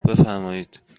بفرمایید